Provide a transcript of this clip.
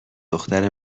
دختر